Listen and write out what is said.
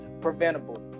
preventable